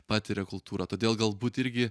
patiria kultūrą todėl galbūt irgi